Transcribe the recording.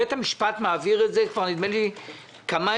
בית המשפט מעביר את זה כמה הרכבים,